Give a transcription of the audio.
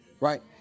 right